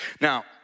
Now